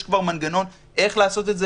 יש כבר מנגנון איך לעשות את זה.